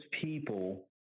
people